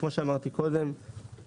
כמו שאמרתי קודם,